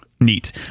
neat